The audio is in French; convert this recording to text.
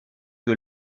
que